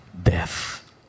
Death